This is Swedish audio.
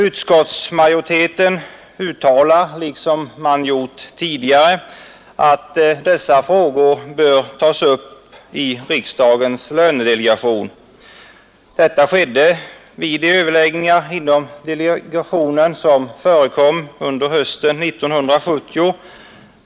Utskottsmajoriteten uttalade, liksom man gjort tidigare, att dessa frågor bör tas upp i riksdagens lönedelegation. Detta skedde vid de överläggningar inom delegationen som förekom under hösten 1970.